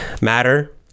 Matter